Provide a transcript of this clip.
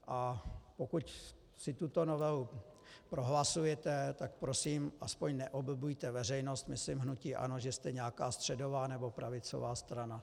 A pokud si tuto novelu prohlasujete, tak prosím aspoň neoblbujte veřejnost, myslím hnutí ANO, že jste nějaká středová nebo pravicová strana.